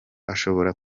ashobora